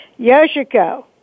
Yoshiko